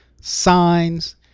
signs